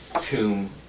tomb